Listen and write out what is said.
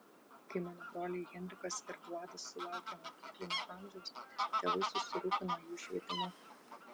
kai mano broliai henrikas ir vladas sulaukė mokyklinio amžiaus tėvai susirūpino jų švietimu